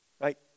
right